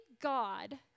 God